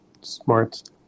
smart